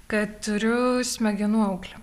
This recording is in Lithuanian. kad turiu smegenų auglį